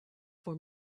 for